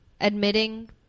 admitting